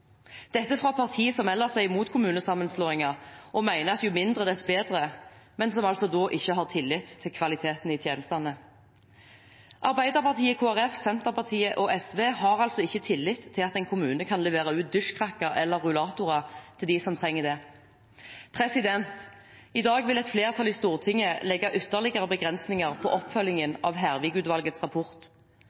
dette fra partier som ellers er imot kommunesammenslåinger og mener at jo mindre dess bedre, men som altså da ikke har tillit til kvaliteten i tjenestene. Arbeiderpartiet, Kristelig Folkeparti, Senterpartiet og SV har altså ikke tillit til at en kommune kan levere ut dusjkrakker eller rullatorer til dem som trenger det. I dag vil et flertall i Stortinget legge ytterligere begrensninger på oppfølgingen av Hervik-utvalgets rapport.